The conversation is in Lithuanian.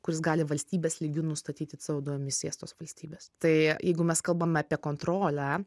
kuris gali valstybės lygiu nustatyti co du emisijas tos valstybės tai jeigu mes kalbame apie kontrolę